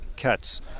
Cats